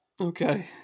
Okay